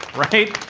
right?